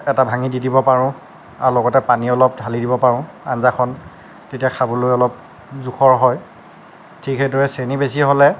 এটা ভাঙি দি দিব পৰোঁ আৰু লগতে পানী অলপ ঢালি দিব পাৰোঁ আঞ্জাখন খাবলৈ অলপ জোখৰ হয় ঠিক সেইদৰে চেনি বেছি হ'লে